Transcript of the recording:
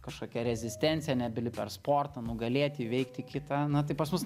kažkokia rezistencija nebyli per sportą nugalėti įveikti kitą na tai pas mus